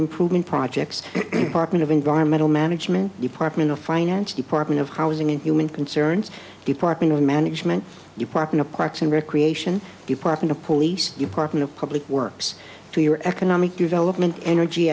improvement projects apartment of environmental management department of finance department of housing and human concerns department of management you partner parks and recreation department of police department of public works to your economic development energy